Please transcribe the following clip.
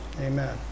Amen